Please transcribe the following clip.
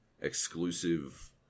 exclusive